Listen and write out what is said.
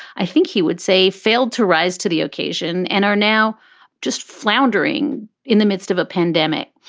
i think he would say, failed to rise to the occasion and are now just floundering in the midst of a pandemic.